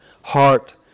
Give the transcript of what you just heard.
heart